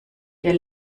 der